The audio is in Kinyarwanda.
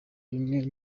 bimwe